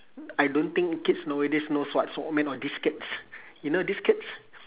I don't think kids nowadays knows what's walkman or diskettes you know diskettes